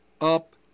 up